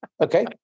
Okay